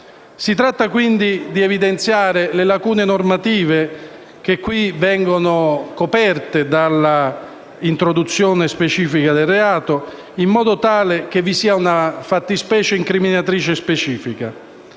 Si tratta, quindi, di evidenziare le lacune normative, che qui vengono coperte dall'introduzione specifica del reato, in modo tale che vi sia una fattispecie incriminatrice specifica.